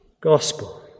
Gospel